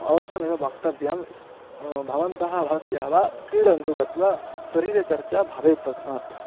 अवश्यमेव वक्यव्यं भवन्तः भवत्यः वा क्रीडन्तु गत्वा शरीरचर्चा भवेत् तस्मात्